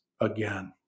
again